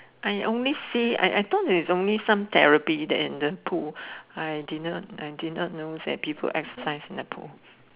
I only say I thought there's only some therapy in that pool I did not know that people exercise in that pool